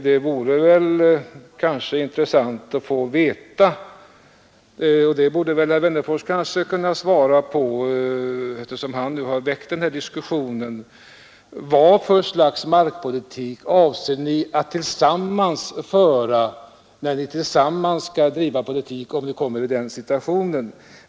Det vore emellertid intressant att få veta — och herr Wennerfors borde kanske kunna ge det beskedet eftersom han väckt denna diskussion — vilket slags markpolitik ni avser att föra om ni kommer i den situationen att ni tillsammans med de andra borgerliga skall bedriva regeringspolitik.